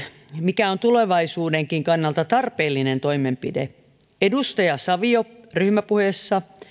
mikä on tulevaisuudenkin kannalta tarpeellinen toimenpide edustaja savio ryhmäpuheessa